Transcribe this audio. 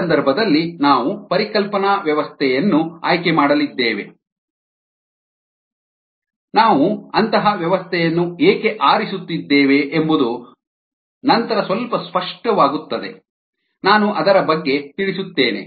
ಈ ಸಂದರ್ಭದಲ್ಲಿ ನಾವು ಪರಿಕಲ್ಪನಾ ವ್ಯವಸ್ಥೆಯನ್ನು ಆಯ್ಕೆ ಮಾಡಲಿದ್ದೇವೆ ನಾವು ಅಂತಹ ವ್ಯವಸ್ಥೆಯನ್ನು ಏಕೆ ಆರಿಸುತ್ತಿದ್ದೇವೆ ಎಂಬುದು ನಂತರ ಸ್ವಲ್ಪ ಸ್ಪಷ್ಟವಾಗುತ್ತದೆ ನಾನು ಅದರ ಬಗ್ಗೆ ತಿಳಿಸುತ್ತೇನೆ